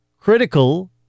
critical